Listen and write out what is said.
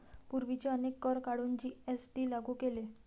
पूर्वीचे अनेक कर काढून जी.एस.टी लागू केले